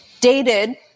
dated